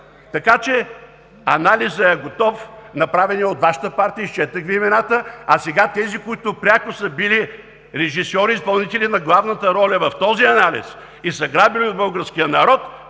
Така че анализът е готов, направен е от Вашата партия – изчетох Ви имената, а сега тези, които пряко са били режисьори и изпълнители на главната роля в този анализ и са грабили от българския народ,